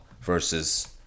versus